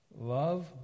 Love